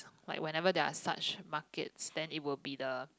like whenever there're such markets then it would be the